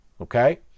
okay